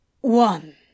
One